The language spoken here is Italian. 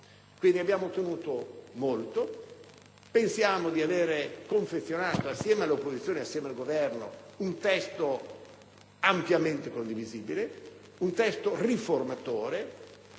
quindi ottenuto molto e pensiamo di avere confezionato, insieme all'opposizione e al Governo, un testo ampiamente condivisibile e riformatore.